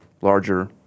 larger